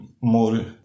more